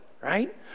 right